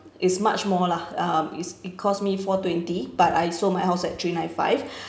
it's much more lah uh it's it cost me four twenty but I sold my house at three nine five